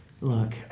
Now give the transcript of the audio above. Look